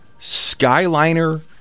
Skyliner